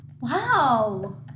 Wow